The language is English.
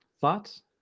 thoughts